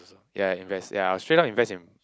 also ya invest ya straight out invest in